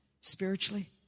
spiritually